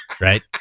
Right